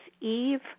Eve